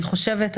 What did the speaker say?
אני חושבת,